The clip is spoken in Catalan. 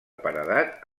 paredat